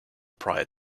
prior